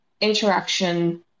interaction